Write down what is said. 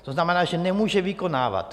To znamená, že nemůže vykonávat.